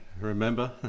remember